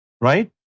right